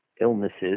illnesses